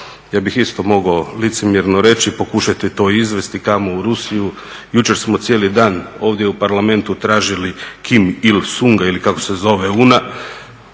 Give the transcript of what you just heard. Ja bih isto mogao licemjerno reći pokušajte to izvesti, kamo u Rusiju. Jučer smo cijeli dan ovdje u Parlamentu tražili Kim il sung ili kako se zove una,